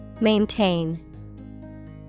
Maintain